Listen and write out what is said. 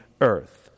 earth